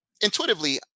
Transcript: intuitively